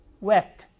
wept